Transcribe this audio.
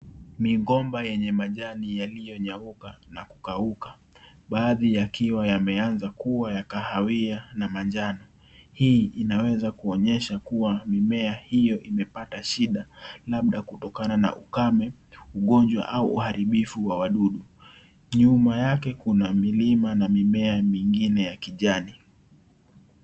Migomba yenye majani yaliyonyauka na kukauka baadhi yakiwa yameanza kuwa ya kahawia na manjano. Hii inaweza kuonyesha kuwa mimea hiyo imepata shida labda kutokana na ukame, ugonjwa au uharibifu wa wadudu. Nyuma yake kuna milima na mimea mingine ya kijani.